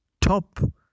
top